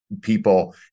people